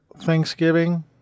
Thanksgiving